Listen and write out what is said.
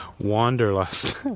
Wanderlust